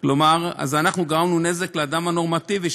אנחנו גרמנו נזק לאדם הנורמטיבי,